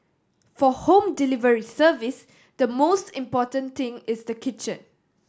for home delivery service the most important thing is the kitchen